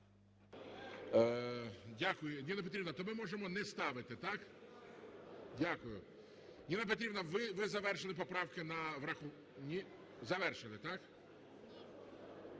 Дякую. Ніно Петрівно, то ми можемо не ставити, так? Дякую. Ніна Петрівна ви завершили поправки на... Ні? Завершили, так?